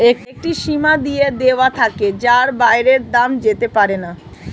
একটি সীমা দিয়ে দেওয়া থাকে যার বাইরে দাম যেতে পারেনা